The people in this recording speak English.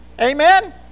Amen